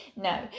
no